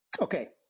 Okay